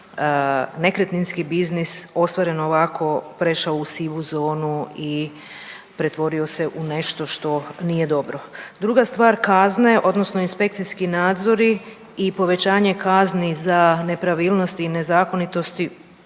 nekretninski biznis ostvaren ovako prešao u sivu zonu i pretvorio se u nešto što nije dobro. Druga stvar kazne, odnosno inspekcijski nadzori i povećanje kazni za nepravilnosti i nezakonitosti